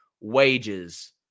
wages